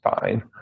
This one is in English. fine